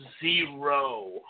zero